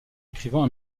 écrivant